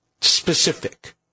specific